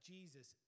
Jesus